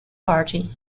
party